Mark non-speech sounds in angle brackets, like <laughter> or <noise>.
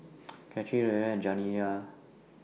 <noise> Kathern Llewellyn and Janiya